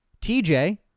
TJ